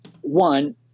one